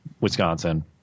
Wisconsin